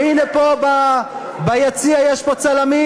והנה פה, ביציע, יש פה צלמים,